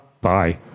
bye